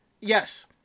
Yes